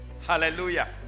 Hallelujah